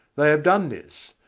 they have done this,